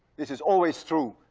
this is always true,